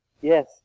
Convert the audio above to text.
Yes